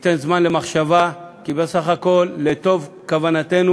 ייתן זמן למחשבה, כי בסך הכול, לטוב כוונתנו,